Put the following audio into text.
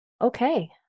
Okay